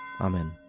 Amen